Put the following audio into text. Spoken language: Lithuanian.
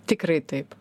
tikrai taip